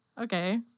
okay